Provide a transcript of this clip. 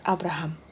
Abraham